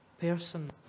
person